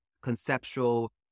conceptual